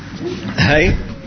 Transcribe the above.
Hey